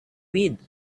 weed